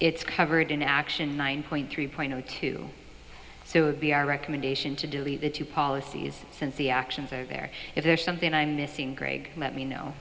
it's covered in action nine point three point zero two so would be our recommendation to delete it to policies since the actions are there if there's something i'm missing graig let me know